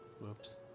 Whoops